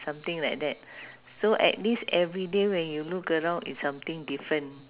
something like that so at least everyday when you look around it's something different